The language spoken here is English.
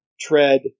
Tread